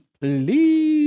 Please